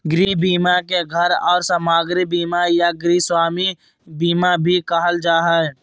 गृह बीमा के घर आर सामाग्री बीमा या गृहस्वामी बीमा भी कहल जा हय